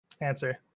answer